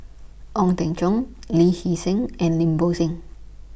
Ong Teng Cheong Lee Hee Seng and Lim Bo Seng